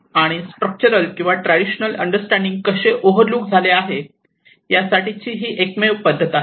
आणि स्ट्रक्चरल किंवा traditional understanding कसे ओव्हर लूक झाले आहे या साठी ही एकमेव पद्धत आहे